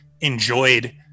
enjoyed